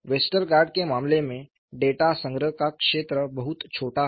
Westergaard के मामले में डेटा संग्रह का क्षेत्र बहुत छोटा है